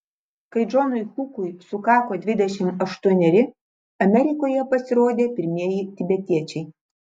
kai džonui hukui sukako dvidešimt aštuoneri amerikoje pasirodė pirmieji tibetiečiai